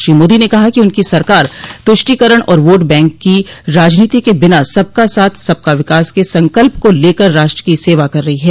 श्री मोदी ने कहा कि उनकी सरकार तुष्टिकरण और वोट बैंक की राजनीति के बिना सबका साथ सबका विकास के संकल्प को लेकर राष्ट्र की सेवा कर रही है